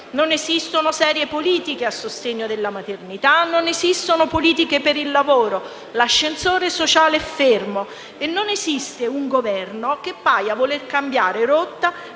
Non esistono serie politiche a sostegno della maternità. Non esistono politiche per il lavoro. L'ascensore sociale è fermo e non esiste un Governo che paia voler cambiare rotta